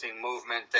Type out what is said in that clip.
movement